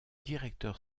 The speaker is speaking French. directeur